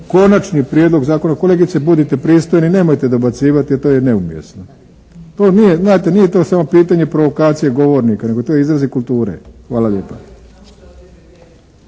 se ne čuje./… Kolegice, budite pristojni, nemojte dobacivati jer to je neumjesno. To nije, znate to nije samo pitanje provokacije govornika nego to je i izraz kulture. Hvala lijepa.